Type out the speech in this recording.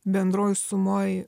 bendroj sumoj